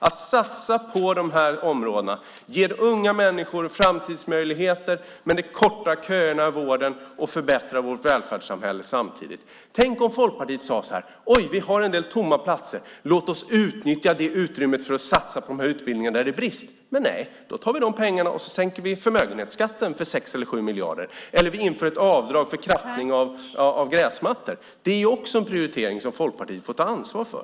Att satsa på de här områdena ger unga människor framtidsmöjligheter, men det kortar samtidigt köerna i vården och förbättrar vårt välfärdssamhälle. Tänk om Folkpartiet sade så här: Oj, vi har en del tomma platser. Låt oss utnyttja det utrymmet för att satsa på de utbildningar där det är brist! Men nej, då tar man de pengarna och så sänker man förmögenhetsskatten för 6 eller 7 miljarder, eller så inför man ett avdrag för krattning av gräsmattor. Det är också en prioritering som Folkpartiet får ta ansvar för.